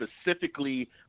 specifically